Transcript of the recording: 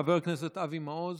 חבר הכנסת אבי מעוז,